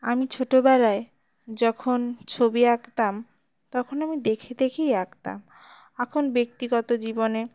আমি ছোটোবেলায় যখন ছবি আঁকতাম তখন আমি দেখে দেখেই আঁকতাম এখন ব্যক্তিগত জীবনে